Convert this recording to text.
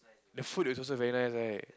the food is also very nice right